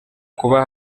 kuba